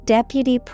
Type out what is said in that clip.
Deputy